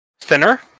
thinner